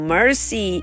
Mercy